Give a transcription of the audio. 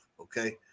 Okay